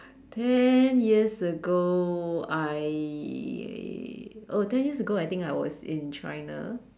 ten years ago I oh ten years ago I think I was in China